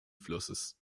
flusses